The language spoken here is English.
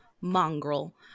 mongrel